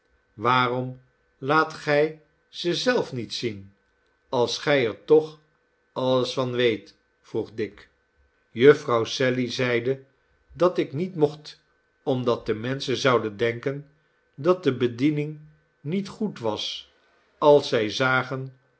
waarom laat gij ze zelf niet zien als gij er toch alles van weet vroeg dick jufvrouw sally zeide dat ik niet mocht omdat de menschen zouden denken dat de bediening niet goed was als zij zagen